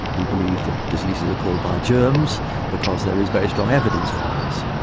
we believe that diseases are caused by germs because there is very strong evidence for this.